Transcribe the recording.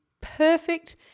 perfect